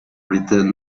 written